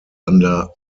under